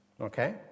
Okay